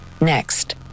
Next